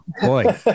boy